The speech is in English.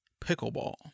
pickleball